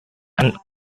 and